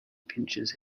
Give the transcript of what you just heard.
pinches